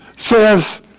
Says